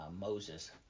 Moses